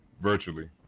Virtually